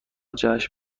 جشن